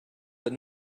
that